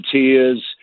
tears